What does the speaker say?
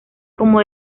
como